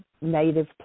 native